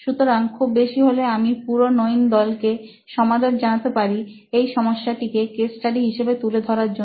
সুতরাং খুব বেশি হলে আমি পুরো নোইনের দলকে সমাদর জানাতে পারি এই সমস্যাটিকে কেস স্টাডি হিসেবে তুলে ধরার জন্য